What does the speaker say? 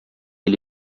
ele